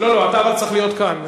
אתה צריך להיות כאן.